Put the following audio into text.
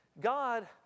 God